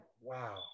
wow